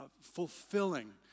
fulfilling